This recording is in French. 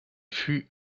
fut